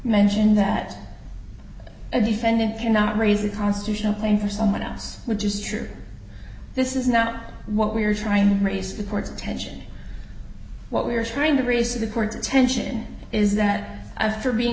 mention that a defendant cannot raise a constitutional plain for someone else which is true this is not what we're trying to raise the court's attention what we're trying to raise to the court's attention is that for being